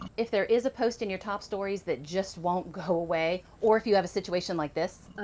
if there is a post in your top stories that just won't go away, or if you have a situation like this